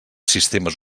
sistemes